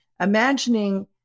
imagining